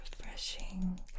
refreshing